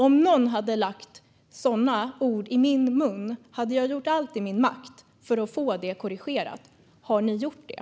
Om någon hade lagt sådana ord i min mun hade jag gjort allt i min makt för att få det korrigerat. Har ni gjort det?